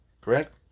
Correct